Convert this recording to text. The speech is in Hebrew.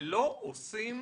ולא עושים